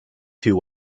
two